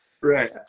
Right